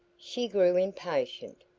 she grew impatient.